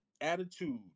attitude